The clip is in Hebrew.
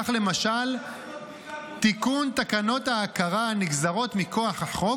כך למשל תיקון תקנות ההכרה הנגזרות מכוח החוק